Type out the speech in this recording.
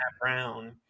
Brown